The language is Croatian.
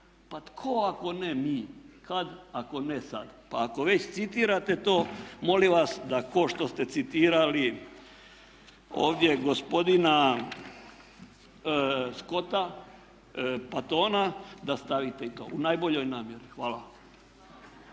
pa tko ako ne mi? Kad ako ne sad?" Pa ako već citirate to molim vas da kao što ste citirali ovdje gospodina Scotta, Pattona da stavite i to u najboljoj namjeri. Hvala.